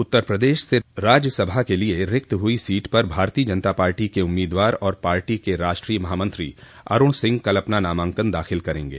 उत्तर प्रदश से राज्यसभा के लिए रिक्त हुई सीट पर भारतीय जनता पार्टी के उम्मीदवार और पार्टी के राष्ट्रीय महामंत्री अरूण सिंह कल अपना नामांकन दाखिल करेंगे